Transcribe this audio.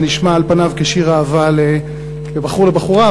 זה נשמע על פניו כשיר אהבה של בחור לבחורה,